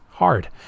hard